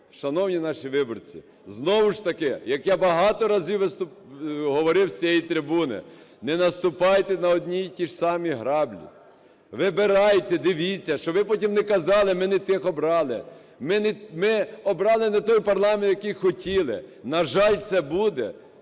шановні наші виборці, знову ж таки, як я багато разів говорив з цієї трибуни, не наступайте на одні і ті ж самі граблі. Вибирайте, дивіться, щоб ви потім не казали: ми не тих обрали, ми обрали не той парламент, який хотіли. На жаль, це буде.